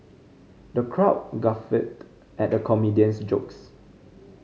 the crowd guffawed at the comedian's jokes